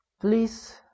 please